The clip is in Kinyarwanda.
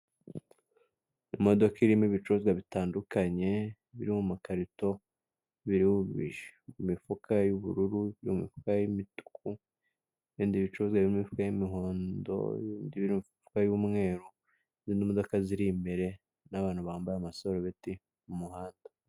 Imodoka irimo ibicuruzwa bitandukanye biri mu makarito biriho ubwishyu. imifuka y'ubururu, imifuka y'imituku, ibindi bicuruzwa biri mu mifuka y'imihondo, n'ibiri mu mifuka y'umweru, n'izindi modoka ziri imbere, n'abantu bambaye amasarubeti mu muhanda.